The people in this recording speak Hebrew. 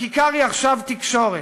הכיכר היא עכשיו בתקשורת,